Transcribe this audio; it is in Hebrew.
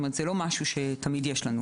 זה לא משהו שיש תמיד.